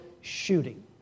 shooting